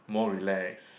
more relax